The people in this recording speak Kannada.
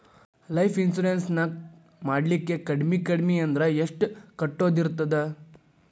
ಲೈಫ್ ಇನ್ಸುರೆನ್ಸ್ ನ ಮಾಡ್ಲಿಕ್ಕೆ ಕಡ್ಮಿ ಕಡ್ಮಿ ಅಂದ್ರ ಎಷ್ಟ್ ಕಟ್ಟೊದಿರ್ತದ?